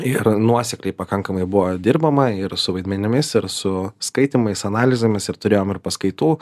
ir nuosekliai pakankamai buvo dirbama ir su vaidmenimis ir su skaitymais analizėmis ir turėjom ir paskaitų